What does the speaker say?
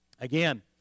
again